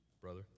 brother